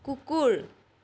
কুকুৰ